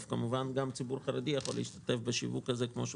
וכמובן גם ציבור חרדי יכול להשתתף בשיווק הזה כפי שהוא